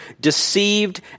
deceived